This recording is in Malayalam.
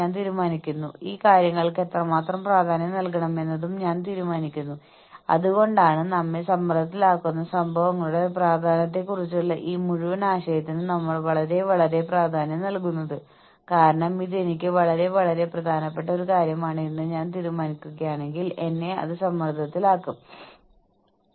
ഓർഗനൈസേഷൻ വൈഡ് ഇൻസെന്റീവ് എന്നത് എല്ലാ ജീവനക്കാർക്കും അവരുടെ ഔട്ട്പുട്ട് പരിഗണിക്കാതെ അവർ ചെയ്യുന്ന ജോലി പരിഗണിക്കാതെ അവർ ഓർഗനൈസേഷനിൽ എത്ര വ്യക്തിഗത സംഭാവന അല്ലെങ്കിൽ ടീം സംഭാവന ചെയ്യുന്നു എന്നത് പരിഗണിക്കാതെ നൽകുന്ന പ്രോത്സാഹനങ്ങളെ സൂചിപ്പിക്കുന്നു